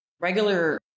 regular